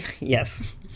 Yes